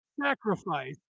sacrifice